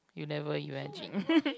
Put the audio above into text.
you never imagine